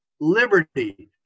liberty